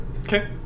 Okay